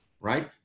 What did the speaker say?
right